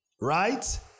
Right